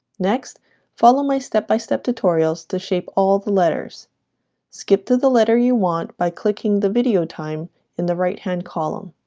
next follow my step-by-step tutorials to shape all the letters skip to the letter you want by clicking the video time in the right hand column